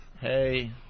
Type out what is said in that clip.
Hey